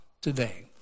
today